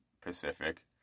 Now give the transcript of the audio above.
Pacific